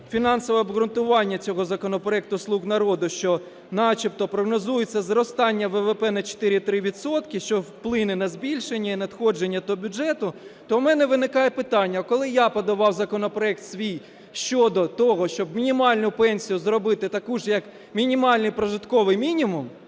фінансове обґрунтування цього законопроекту "слуг народу", що начебто прогнозується зростання ВВП на 4,3 відсотки, що вплине на збільшення і надходження до бюджету, то у мене виникає питання: а коли я подавав законопроект свій щодо того, щоб мінімальну пенсію зробити таку ж, як мінімальний прожитковий мінімум,